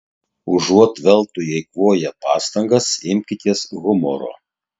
užuot veltui eikvoję pastangas imkitės humoro